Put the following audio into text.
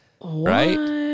Right